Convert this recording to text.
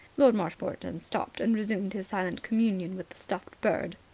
lord marshmoreton stopped, and resumed his silent communion with the stuffed bird.